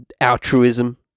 altruism